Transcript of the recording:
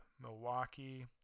Milwaukee